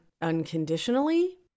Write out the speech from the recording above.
unconditionally